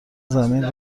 زمین